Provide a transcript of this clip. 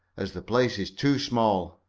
as the place is too small.